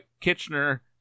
Kitchener